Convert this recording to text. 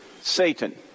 Satan